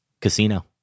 Casino